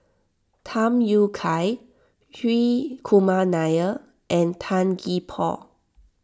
Tham Yui Kai Hri Kumar Nair and Tan Gee Paw